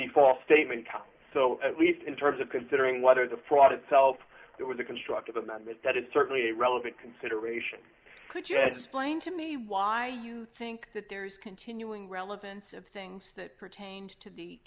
the false statement so at least in terms of considering whether the fraud itself that was a constructive amendment that is certainly a relevant consideration could you just plain to me why you think that there's continuing relevance of things that pertains to the